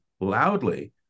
loudly